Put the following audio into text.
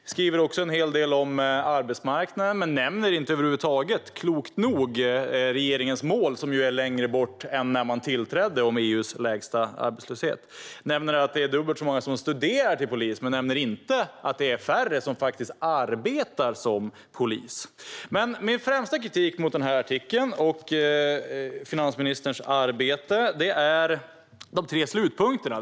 Hon skriver också en hel del om arbetsmarknaden men nämner inte över huvud taget, klokt nog, regeringens mål som nu är längre bort än när man tillträdde - målet om EU:s lägsta arbetslöshet. Hon nämner att det är dubbelt så många som studerar till polis, men hon nämner inte att det är färre som arbetar som polis. Min främsta kritik är mot artikeln och finansministerns arbete är de tre slutpunkterna.